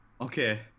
Okay